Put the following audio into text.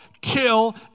kill